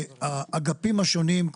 שהאגפים השונים של המשרדים,